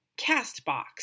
CastBox